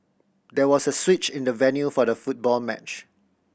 there was a switch in the venue for the football match